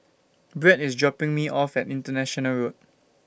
Bret IS dropping Me off At International Road